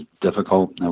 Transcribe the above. difficult